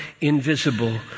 Invisible